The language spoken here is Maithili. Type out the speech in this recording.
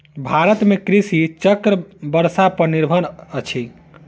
भारत में कृषि चक्र वर्षा पर निर्भर अछि